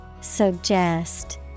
Suggest